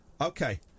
Okay